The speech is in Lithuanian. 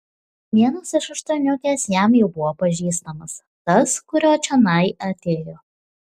vienas iš aštuoniukės jam jau buvo pažįstamas tas kurio čionai atėjo